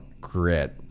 grit